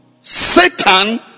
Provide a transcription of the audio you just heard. Satan